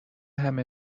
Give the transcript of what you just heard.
همه